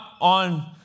on